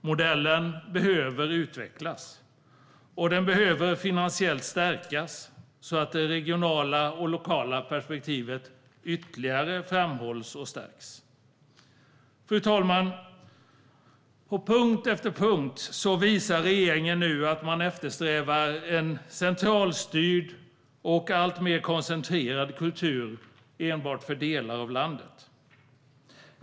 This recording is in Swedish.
Modellen behöver utvecklas och finansiellt stärkas så att det regionala och lokala perspektivet ytterligare stärks. Fru talman! På punkt efter punkt visar regeringen nu att man eftersträvar en centralstyrd och alltmer koncentrerad kultur enbart för delar av landet.